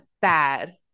bad